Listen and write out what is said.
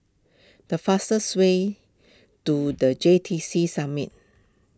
the fastest way to the J T C Summit